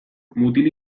mutil